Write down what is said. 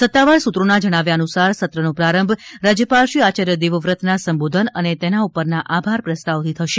સત્તાવાર સૂત્રોના જણાવ્યા અનુસાર સત્રનો પ્રારંભ રાજ્યપાલ શ્રીઆચાર્ય દેવવ્રતના સંબોધન અને તેના ઉપરના આભાર પ્રસ્તાવ થી થશે